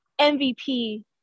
MVP